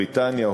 בריטניה,